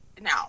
now